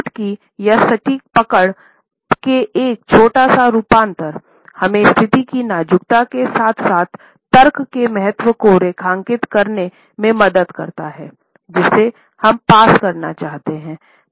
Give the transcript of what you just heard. चुटकी या सटीक पकड़ के एक छोटा सा रूपांतर हमें स्थिति की नाजुकता के साथ साथ तर्क के महत्व को रेखांकित करने में मदद करते हैं जिसे हम पास करना चाहते हैं